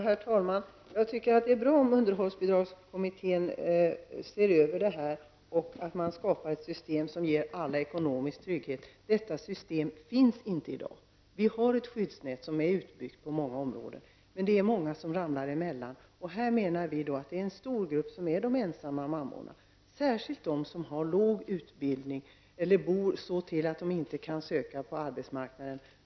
Herr talman! Det är bra om underhållsbidragskommittén ser över detta och om man skapar ett system som ger alla ekonomisk trygghet. Ett sådant system finns inte i dag. Det finns ett utbyggt skyddsnät på många områden, men många människor ramlar igenom maskorna. De ensamma mammorna utgör här en stor grupp, särskilt då de som har låg utbildning eller bor så till att de inte kan söka sig ut på arbetsmarknaden.